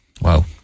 Wow